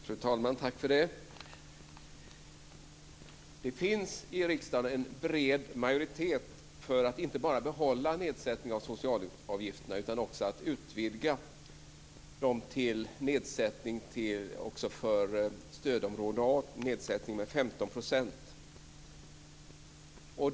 Fru talman! Det finns i riksdagen en bred majoritet för att inte bara behålla nedsättning av socialavgifterna utan också utvidga dem till nedsättning för stödområde A med 15 %.